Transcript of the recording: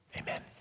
amen